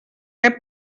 què